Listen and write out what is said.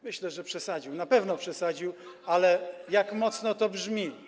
Myślę, że przesadził, na pewno przesadził, ale jak mocno to brzmi.